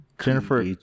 Jennifer